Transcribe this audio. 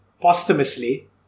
posthumously